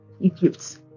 Egypt